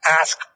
ask